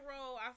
role